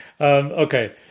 okay